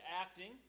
acting